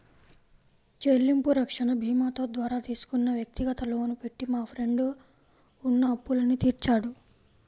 చెల్లింపు రక్షణ భీమాతో ద్వారా తీసుకున్న వ్యక్తిగత లోను పెట్టి మా ఫ్రెండు ఉన్న అప్పులన్నీ తీర్చాడు